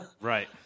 Right